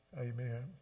Amen